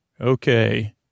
Okay